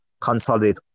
consolidate